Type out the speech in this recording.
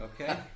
Okay